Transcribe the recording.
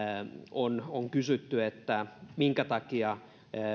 on on kysytty minkä takia